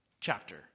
chapter